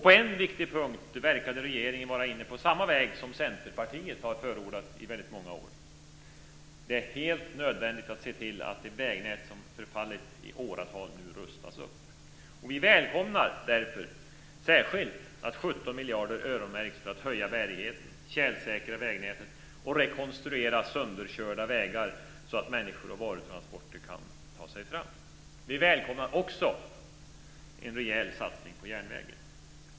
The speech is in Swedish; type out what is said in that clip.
På en viktig punkt verkade regeringen vara inne på samma väg som Centerpartiet har förordat i väldigt många år. Det är helt nödvändigt att se till att det vägnät som har förfallit i åratal nu rustas upp. Vi välkomnar därför särskilt att 17 miljarder öronmärks för att höja bärigheten, tjälsäkra vägnätet och rekonstruera sönderkörda vägar så att människor och varutransporter kan ta sig fram. Vi välkomnar också en rejäl satsning på järnvägen.